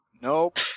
Nope